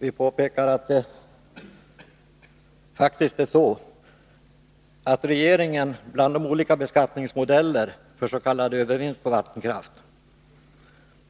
Vi påpekar vidare att bland de modeller för beskattning av s.k. övervinster på vattenkraft